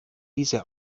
diese